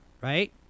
right